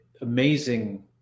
amazing